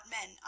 MEN